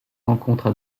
rencontres